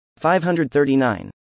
539